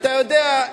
אתה יודע,